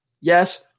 Yes